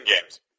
games